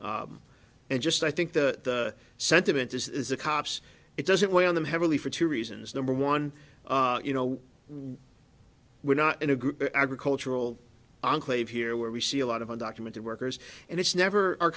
and just i think the sentiment is the cops it doesn't weigh on them heavily for two reasons number one you know we're not in a group agricultural enclave here where we see a lot of undocumented workers and it's never o